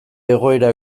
egoera